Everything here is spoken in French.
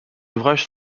ouvrages